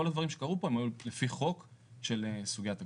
כל הדברים שקרו פה הם היו לפי חוק של סוגית הקבורה.